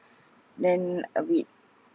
then a bit